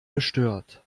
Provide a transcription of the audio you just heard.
gestört